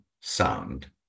sound